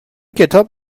کتاب